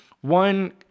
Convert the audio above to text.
one